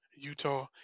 Utah